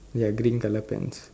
ya green colour pants